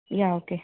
yeah okay